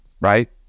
right